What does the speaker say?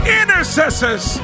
intercessors